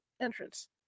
entrance